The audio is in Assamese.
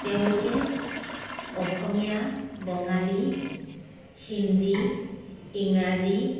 তেওঁলোকে অসমীয়া বঙালী হিন্দী ইংৰাজী